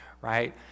right